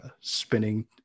spinning